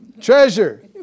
Treasure